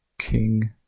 king